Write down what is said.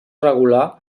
regular